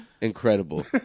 Incredible